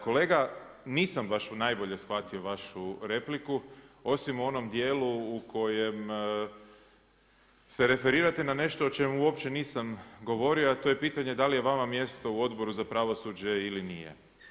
Kolega, nisam baš najbolje shvatio vašu repliku osim u onom dijelu u kojem se referirate na nešto o čemu uopće nisam govorio, a to je pitanje da li je vama mjesto u Odboru za pravosuđe ili nije.